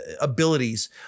abilities